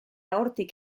hortik